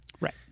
Right